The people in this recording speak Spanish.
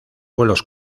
vuelos